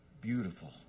beautiful